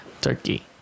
turkey